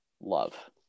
love